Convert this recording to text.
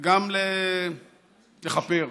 וגם לכפר.